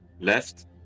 left